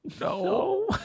no